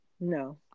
No